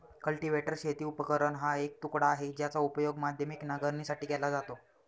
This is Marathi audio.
कल्टीवेटर शेती उपकरण हा एक तुकडा आहे, ज्याचा उपयोग माध्यमिक नांगरणीसाठी केला जातो